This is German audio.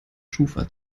schufa